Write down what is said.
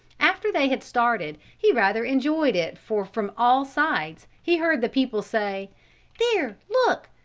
after they had started he rather enjoyed it for from all sides he heard the people say there, look!